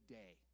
day